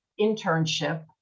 internship